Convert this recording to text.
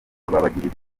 babagirira